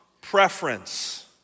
preference